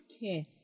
care